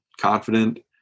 confident